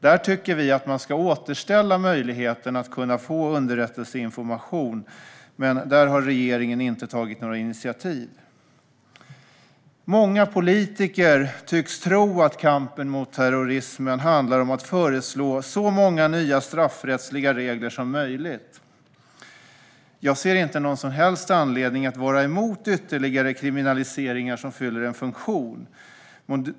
Där tycker vi att man ska återställa möjligheten att kunna få underrättelseinformation, men där har regeringen inte tagit några initiativ. Många politiker tycks tro att kampen mot terrorismen handlar om att föreslå så många nya straffrättsliga regler som möjligt. Jag ser inte någon som helst anledning att vara emot ytterligare kriminaliseringar som fyller en funktion.